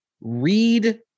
Read